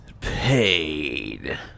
Paid